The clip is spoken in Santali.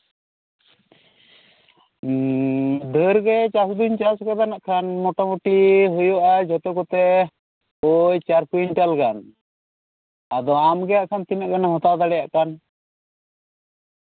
ᱩᱸ ᱰᱷᱟᱹᱨᱜᱮ ᱪᱟᱥ ᱫᱩᱧ ᱪᱟᱥ ᱟᱠᱟᱫᱟ ᱱᱟᱜᱠᱷᱟᱱ ᱢᱳᱴᱟᱢᱩᱴᱤ ᱦᱩᱭᱩᱜᱼᱟ ᱡᱷᱚᱛᱚ ᱠᱚᱛᱮ ᱳᱭ ᱪᱟᱨ ᱠᱩᱭᱚᱱᱴᱟᱞ ᱜᱟᱱ ᱟᱫᱚ ᱟᱢᱜᱮ ᱦᱟᱸᱜ ᱠᱷᱟᱱ ᱛᱤᱱᱟᱹᱜ ᱜᱟᱱᱮᱢ ᱦᱟᱛᱟᱣ ᱫᱟᱲᱮᱭᱟᱜ ᱠᱟᱱ ᱦᱩᱸ